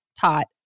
taught